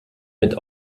mit